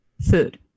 Food